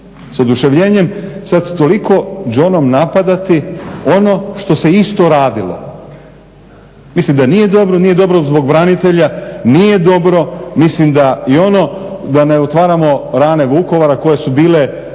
sa oduševljenjem. Sad toliko đonom napadati ono što se isto radilo. Mislim da nije dobro, nije dobro zbog branitelja, nije dobro. Mislim da i ono, da ne otvaramo rane Vukovara koje su bile